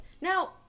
Now